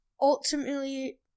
ultimately